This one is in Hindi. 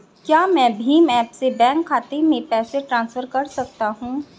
क्या मैं भीम ऐप से बैंक खाते में पैसे ट्रांसफर कर सकता हूँ?